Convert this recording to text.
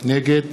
נגד